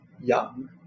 young